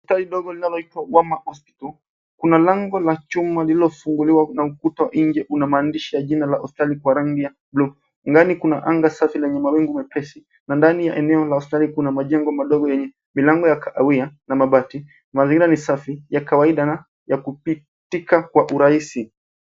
Tai dogo linaloitwa wama hospital. Kuna lango la chuma lililofungwa lililo na ukuta nje una maandishi ya jina la hospitali kwa rangi ya buluu. Ndani kuna anga safi lenye mawingu mepesi na ndani ya eneo la hospitali kuna majengo madogo yenye milango ya kahawia na mabati. Mazingira ni safi ya kawaida na ya kupitika kwa urahisi.